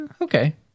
okay